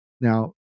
Now